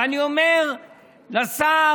ואני אומר לשר